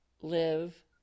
live